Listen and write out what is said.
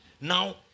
Now